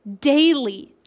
daily